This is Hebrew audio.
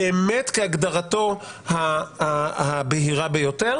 באמת כהגדרתו הבהירה ביותר